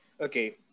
Okay